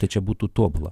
tai čia būtų tobula